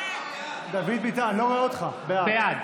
בעד